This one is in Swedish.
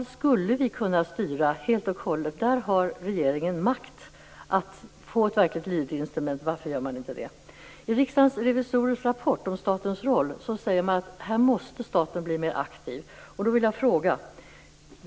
Men vi skulle kunna styra Vattenfall helt och hållet. Regeringen har makt att få ett verkligt lydigt instrument. Varför gör man inte det? I Riksdagens revisorers rapport om statens roll sägs det att staten måste bli mer aktiv. Jag vill då ställa en fråga.